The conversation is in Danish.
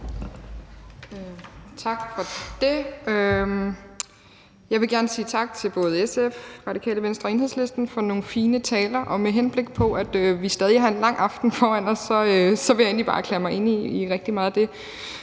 Tak for det. Jeg vil gerne sige tak til ordføreren for både SF, Radikale Venstre og Enhedslisten for nogle fine taler. Med tanke på, at vi stadig har en lang aften foran os, vil jeg egentlig bare erklære mig enig i rigtig meget af det,